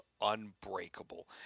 Unbreakable